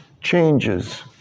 changes